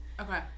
Okay